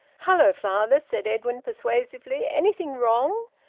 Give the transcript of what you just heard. hello, father! said edwin persuasively. anything wrong?